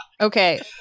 Okay